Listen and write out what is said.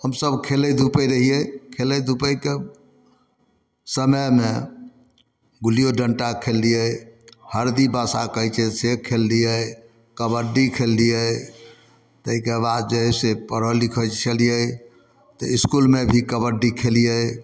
हमसब खेलै धुपै रहियै खेलै धुपैके समयमे गुल्लियो डंटा खेलियै हरदी बाँसा कहै छै से खेलियै कबड्डी खेलियै ताहिके बाद जे है से पढ़ए लिखै छलियै तऽ इसकुलमे भी कबड्डी खेलियै